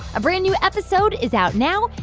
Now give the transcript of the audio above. a brand-new episode is out now.